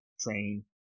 train